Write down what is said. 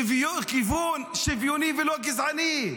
כיוון שוויוני ולא גזעני,